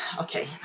Okay